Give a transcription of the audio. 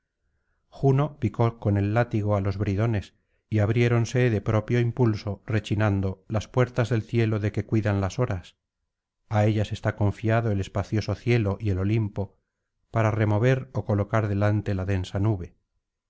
juno picó con el látigo á los bridones y abriéronse de propio impulso rechinando las puertas del cielo de que cuidan las horas á ellas está confiado el espacioso cielo y el olimpo para remover ó colocar delante la densa nube